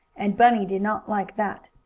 and bunny did not like that.